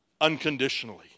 Unconditionally